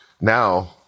now